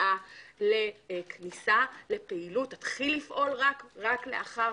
מגיעה לכניסה, לפעילות, תתחיל לפעול רק לאחר